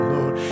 Lord